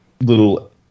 little